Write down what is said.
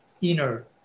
inner